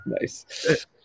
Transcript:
Nice